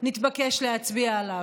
נתבקש להצביע עליו,